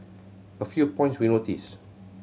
a few points we noticed